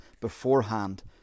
beforehand